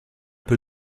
peu